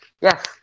yes